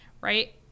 Right